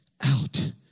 out